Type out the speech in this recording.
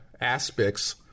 aspects